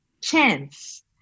chance